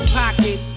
pocket